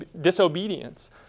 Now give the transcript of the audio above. disobedience